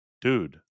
Dude